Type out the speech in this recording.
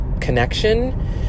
connection